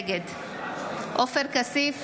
נגד עופר כסיף,